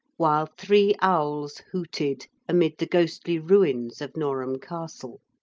while three owls hooted amid the ghostly ruins of norham castle.